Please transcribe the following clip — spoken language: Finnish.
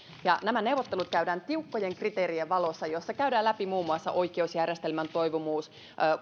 nämä neuvottelut käydään tiukkojen kriteerien valossa jossa käydään läpi muun muassa oikeusjärjestelmän toimivuus